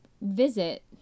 visit